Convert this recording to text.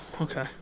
okay